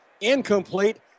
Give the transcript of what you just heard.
Incomplete